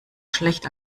schlecht